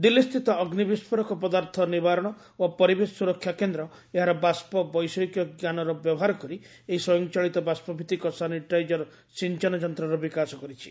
ଦିଲ୍ଲୀ ସ୍ଥିତ ଅଗ୍ନି ବିସ୍ଫୋରକ ପଦାର୍ଥ ନିବାରଣ ଓ ପରିବେଶ ସୁରକ୍ଷା କେନ୍ଦ୍ର ଏହାର ବାଷ୍ପ ବୈଷୟିକଜ୍ଞାନର ବ୍ୟବହାର କରି ଏହି ସ୍ୱୟଂଚାଳିତ ବାଷ୍ପଭିତ୍ତିକ ସାନିଟାଇଜର ସିଞ୍ଚନ ଯନ୍ତ୍ରର ବିକାଶ କରିଛି